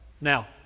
Now